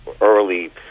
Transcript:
early